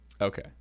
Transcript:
Okay